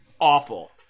awful